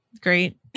great